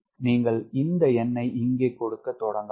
நீங்கள் இந்த எண்ணை இங்கே கொடுக்க தொடங்கலாம்